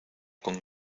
con